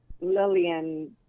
Lillian